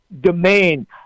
domain